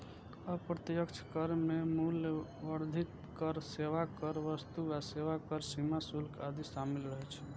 अप्रत्यक्ष कर मे मूल्य वर्धित कर, सेवा कर, वस्तु आ सेवा कर, सीमा शुल्क आदि शामिल रहै छै